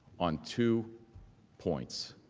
on two points.